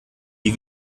die